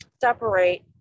separate